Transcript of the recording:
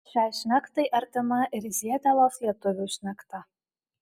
šiai šnektai artima ir zietelos lietuvių šnekta